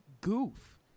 goof